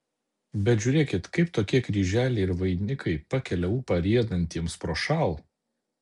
bet žiūrėkit kaip tokie kryželiai ir vainikai pakelia ūpą riedantiems prošal